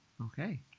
okay